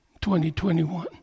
2021